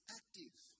active